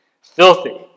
Filthy